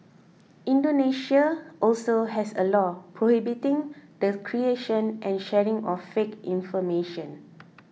Indonesia also has a law prohibiting the creation and sharing of fake information